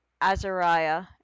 Azariah